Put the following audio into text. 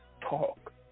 talk